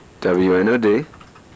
WNOD